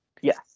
Yes